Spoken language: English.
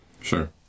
Sure